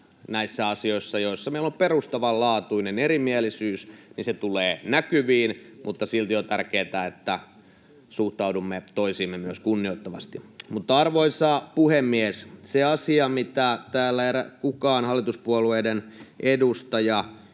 näissä asioissa, joissa meillä on perustavanlaatuinen erimielisyys, se tulee näkyviin. Silti on tärkeätä, että suhtaudumme toisiimme myös kunnioittavasti. Arvoisa puhemies! Se asia, mitä täällä kukaan hallituspuolueiden edustaja